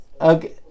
Okay